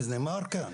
וזה נאמר כאן,